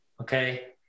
Okay